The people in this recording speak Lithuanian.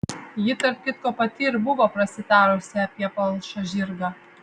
ji tarp kitko pati ir buvo prasitarusi apie palšą žirgą